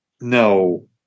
No